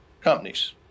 companies